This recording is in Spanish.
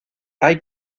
hay